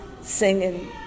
singing